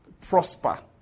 prosper